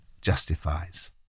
justifies